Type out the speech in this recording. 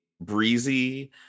breezy